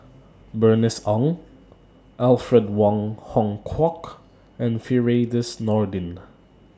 Bernice Ong Alfred Wong Hong Kwok and Firdaus Nordin